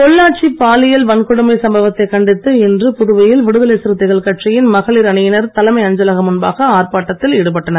பொள்ளாச்சி பாலியல் வன்கொடுமை சம்பவத்தைக் கண்டித்து இன்று புதுவையில் விடுதலை சிறுத்தைகள் கட்சியின் மகளிர் அணியினர் தலைமை அஞ்சலகம் முன்பாக ஆர்ப்பாட்டத்தில் ஈடுபட்டனர்